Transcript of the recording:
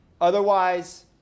Otherwise